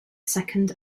second